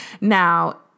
Now